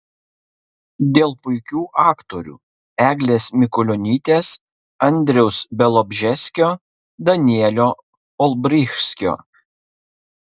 dėl puikių aktorių eglės mikulionytės andriaus bialobžeskio danielio olbrychskio